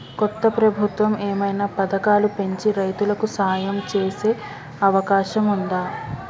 కొత్త ప్రభుత్వం ఏమైనా పథకాలు పెంచి రైతులకు సాయం చేసే అవకాశం ఉందా?